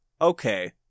Okay